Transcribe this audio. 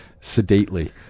sedately